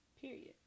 Period